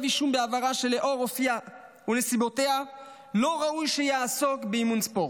אישום בעבירה שלאור אופייה ונסיבותיה לא ראוי שיעסוק באימון ספורט.